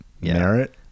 merit